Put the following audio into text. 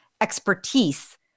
expertise